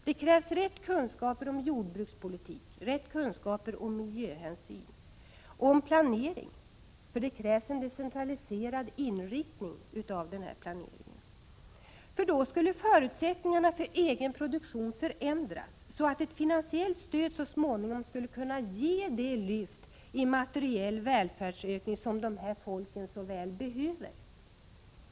Det krävs rätt kunskaper om jordbrukspolitik, om miljöhänsyn och om planering ochför det krävs en decentraliserad inriktning av planeringen. Då skulle förutsättningarna för egen produktion förändras, så att ett finansiellt stöd så småningom skulle kunna ge det lyft i materiell välfärdsökning som dessa folk så väl behöver.